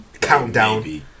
countdown